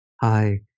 hi